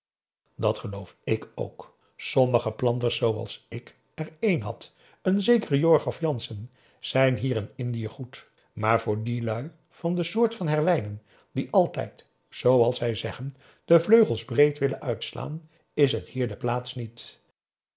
dat geloof ik ook sommige planters zooals ik er een had n zekere jorg of janssen zijn hier in indië goed maar voor die lui van de soort van herwijnen die altijd zooals zij zeggen de vleugels breed willen uitslaan is het hier de plaats niet